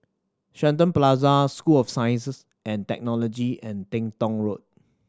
Shenton Plaza School of Science and Technology and Teng Tong Road